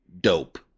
dope